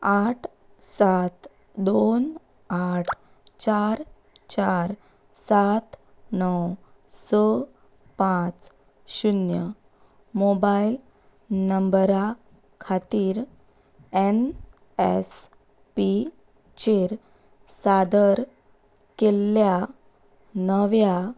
आठ सात दोन आठ चार चार सात णव स पांच शुन्य मोबायल नंबरा खातीर एन एस पीचेर सादर केल्ल्या नव्या